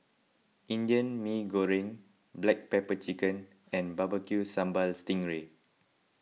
Indian Mee Goreng Black Pepper Chicken and Barbecue Sambal Sting Ray